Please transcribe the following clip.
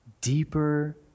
deeper